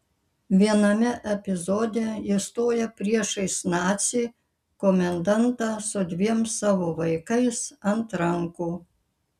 viename epizode ji stoja priešais nacį komendantą su dviem savo vaikais ant rankų